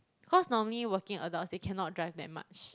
cause normally working adults they cannot drive that much